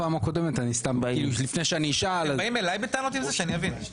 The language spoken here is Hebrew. הכנסת, עושים לו תעמולת בחירות.